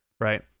right